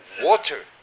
water